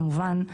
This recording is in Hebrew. כמובן,